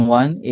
one